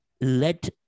let